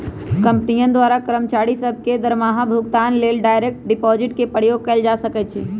कंपनियों द्वारा कर्मचारि सभ के दरमाहा भुगतान लेल डायरेक्ट डिपाजिट के प्रयोग कएल जा सकै छै